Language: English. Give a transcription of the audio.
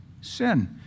sin